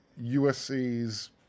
USC's